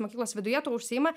mokyklos viduje tuo užsiima